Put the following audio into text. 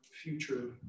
future